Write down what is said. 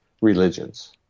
religions